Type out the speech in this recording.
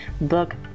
book